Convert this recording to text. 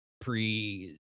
pre